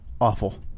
awful